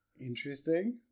interesting